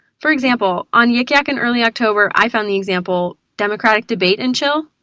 for example, on yikyak in early october, i found the example democratic debate and chill?